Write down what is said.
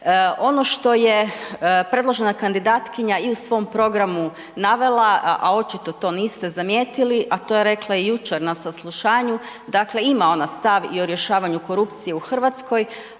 Ono što je predložena kandidatkinja i u svom programu navela, a očito to niste zamijetili, a to je rekla i jučer na saslušanju, dakle ima ona stav i o rješavanju korupcije u Hrvatskoj